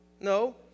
No